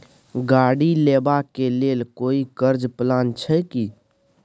गाड़ी लेबा के लेल कोई कर्ज प्लान छै की?